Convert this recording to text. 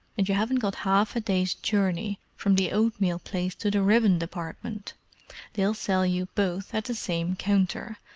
and you haven't got half a day's journey from the oatmeal place to the ribbon department they'll sell you both at the same counter,